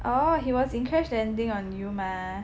oh he was in Crash Landing On You mah